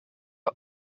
are